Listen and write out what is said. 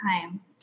time